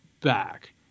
back